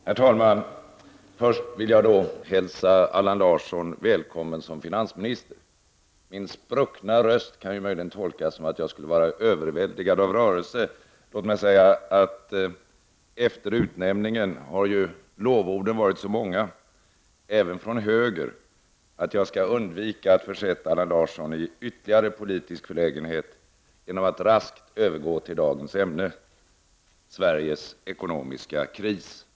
Herr talman! Först vill jag hälsa Allan Larsson välkommen som finansminister. Min spruckna röst kan möjligen tolkas som att jag skulle vara överväldigad av rörelse, men lovorden har ju efter utnämningen varit så många — även från höger — att jag skall undvika att försätta Allan Larsson i ytterligare politisk förlägenhet och raskt övergå till dagens ämne: Sveriges ekonomiska kris.